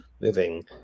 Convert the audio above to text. moving